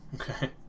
Okay